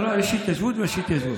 את רואה, יש התיישבות ויש התיישבות.